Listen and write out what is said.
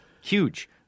Huge